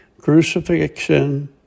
crucifixion